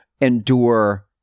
endure